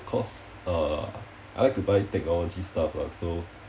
cause uh I like to buy technology stuff lah so